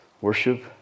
Worship